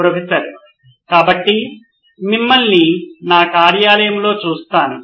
professor కాబట్టి మిమ్మల్ని నా కార్యాలయంలో చూస్తాను